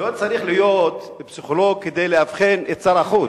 לא צריך להיות פסיכולוג כדי לאבחן את שר החוץ.